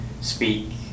speak